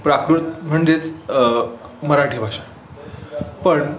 प्राकृत म्हणजेच मराठी भाषा पण